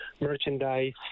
merchandise